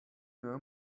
know